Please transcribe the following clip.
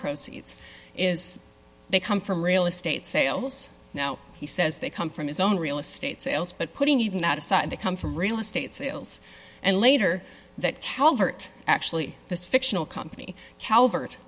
proceeds is they come from real estate sales now he says they come from his own real estate sales but putting even that aside they come from real estate sales and later that calvert actually this fictional company calvert